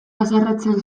haserretzen